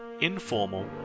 informal